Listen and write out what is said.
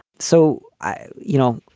so i you know,